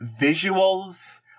visuals